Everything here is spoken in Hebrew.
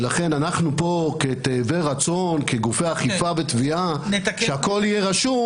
ולכן אנחנו כגופי אכיפה ותביעה שתאבי רצון שהכול יהיה רשום,